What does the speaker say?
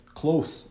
close